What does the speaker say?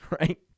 right